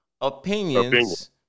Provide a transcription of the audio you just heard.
opinions